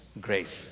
grace